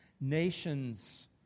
Nations